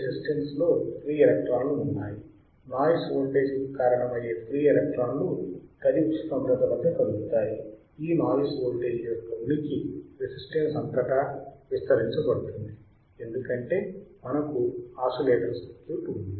resistance లో free ఎలక్ట్రాన్లు ఉన్నాయి నాయిస్ వోల్టేజ్కు కారణమయ్యే ఫ్రీ ఎలక్ట్రాన్లు గది ఉష్ణోగ్రత వద్దకదులుతాయి ఈ నాయిస్ వోల్టేజ్ యొక్క ఉనికి రెసిస్టన్స్ అంతటా ని విస్తరించబడుతుంది ఎందుకంటే మనకు ఆసిలేటర్ సర్క్యూట్ ఉంది